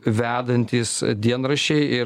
vedantys dienraščiai ir